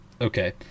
okay